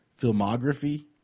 filmography